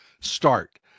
start